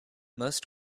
most